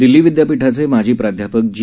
दिल्ली विद्यापिठाचे माजी प्राध्यापक जी